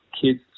kids